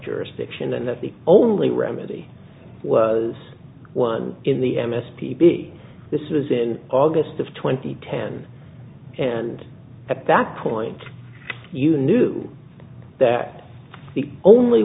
jurisdiction and that the only remedy was one in the m s p b this is in august of twenty ten and at that point you knew that the only